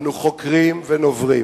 אנו חוקרים ונוברים